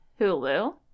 Hulu